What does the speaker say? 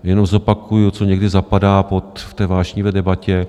Jenom zopakuji, co někdy zapadá v té vášnivé debatě.